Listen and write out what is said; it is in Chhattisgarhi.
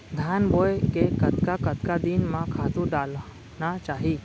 धान बोए के कतका कतका दिन म खातू डालना चाही?